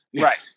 Right